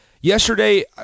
Yesterday